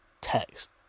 text